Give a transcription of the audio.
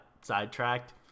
sidetracked